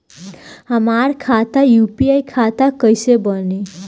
हमार खाता यू.पी.आई खाता कईसे बनी?